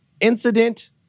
incident